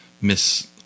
miss